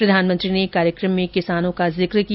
प्रधानमंत्री ने कार्यक्रम में किसानों का भी जिक्र किया